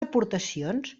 aportacions